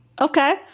Okay